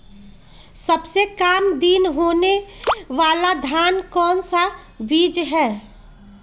सबसे काम दिन होने वाला धान का कौन सा बीज हैँ?